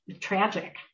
tragic